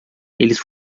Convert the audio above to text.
eles